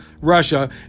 Russia